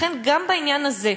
לכן, גם בעניין הזה,